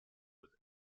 with